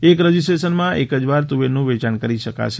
એક રજીસ્ટ્રેશનમાં એક જ વાર તુવેરનું વેચાણ કરી શકાશે